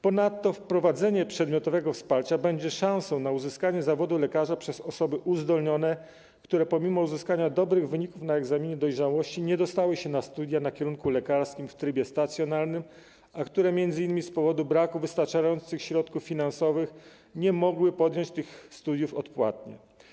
Ponadto wprowadzenie przedmiotowego wsparcia będzie szansą na zdobycie zawodu lekarza przez osoby uzdolnione, które pomimo uzyskania dobrych wyników na egzaminie dojrzałości nie dostały się na studia na kierunku lekarskim w trybie stacjonarnym, a które m.in. z powodu braku wystarczających środków finansowych nie mogły podjąć tych studiów odpłatnie.